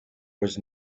was